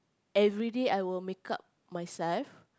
everyday I will makeup myself